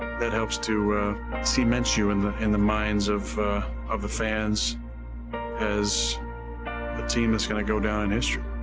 that helps to cement you in the in the minds of of the fans as a team that's gonna go down in history.